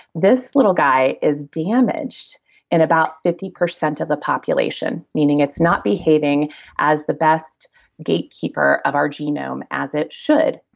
this little guy is damaged in about fifty percent of the population, meaning it's not behaving as the best gatekeeper of our genome as it should,